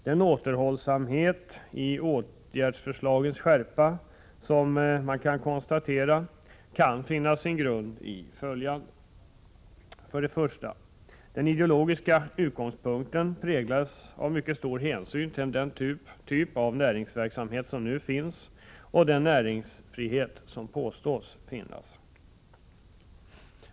Den återhållsamhet som karakteriserar förslagen till åtgärder kan antas ha sin grund i följande förhållanden. För det första präglades den ideologiska utgångspunkten av mycket stor hänsyn till den typ av näringsverksamhet som nu finns och den näringsfrihet som påstås föreligga.